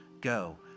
Go